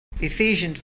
Ephesians